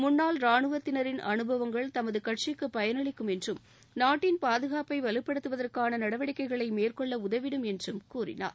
முன்னாள் ரானுவத்தினரின் அனுபவங்கள் தமது கட்சிக்கு பயனளிக்கும் என்றும் நாட்டின் பாதுகாப்பை வலுப்படுத்துவதற்கான நடவடிக்கைகளை மேற்கொள்ள உதவிடும் என்றும் கூறினார்